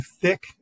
thick